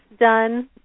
done